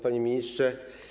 Panie Ministrze!